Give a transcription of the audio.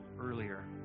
earlier